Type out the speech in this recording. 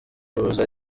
buza